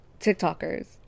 tiktokers